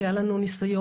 כי היה לנו ניסיון.